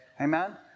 Amen